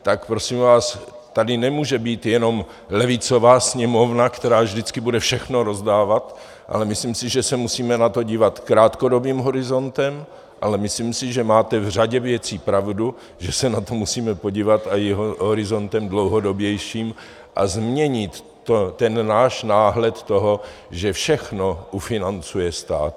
Tak prosím vás, tady nemůže být jenom levicová Sněmovna, která vždycky bude všechno rozdávat, ale myslím si, že se musíme na to dívat krátkodobým horizontem, ale myslím si, že máte v řadě věcí pravdu, že se na to musíme podívat aj horizontem dlouhodobějším a změnit ten náš náhled toho, že všechno ufinancuje stát.